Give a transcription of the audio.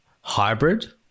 hybrid